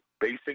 basic